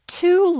two